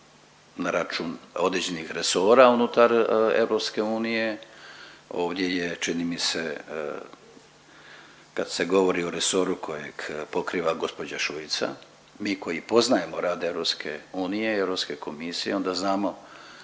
na račun određenih resora unutar EU, ovdje je čini mi se kad se govori o resoru kojeg pokriva gđa. Šuica, mi koji poznajemo rad EU i Europske komisije onda znamo